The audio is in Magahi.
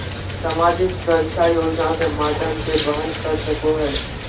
सामाजिक सुरक्षा योजना के माध्यम से वहन कर सको हइ